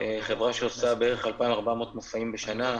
חברה שעושה בערך 2,400 מופעים בשנה.